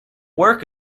work